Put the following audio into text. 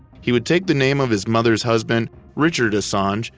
he would take the name of his mother's husband richard assange,